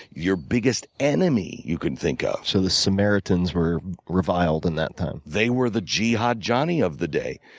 your biggest enemy you can think of. so the samaritans were reviled in that time? they were the jihad johnny of the day.